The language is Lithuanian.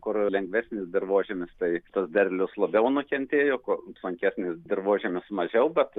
kur lengvesnis dirvožemis tai tas derlius labiau nukentėjo kuo sunkesnis dirvožemis mažiau bet